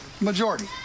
Majority